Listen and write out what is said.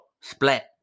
Splat